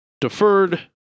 deferred